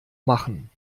machen